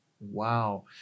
Wow